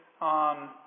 on